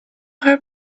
her